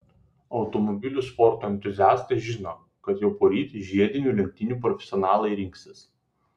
automobilių sporto entuziastai žino kad jau poryt žiedinių lenktynių profesionalai rinksis